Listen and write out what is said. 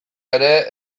ere